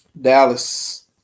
Dallas